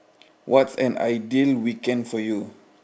what's an ideal weekend for you